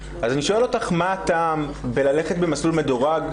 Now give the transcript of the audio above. אז אני שואל אותך מה הטעם ללכת במסלול מדורג,